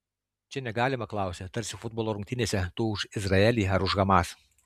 čia negalima klausti tarsi futbolo rungtynėse tu už izraelį ar už hamas